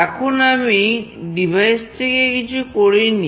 এখন আমি ডিভাইসটিকে কিছু করিনি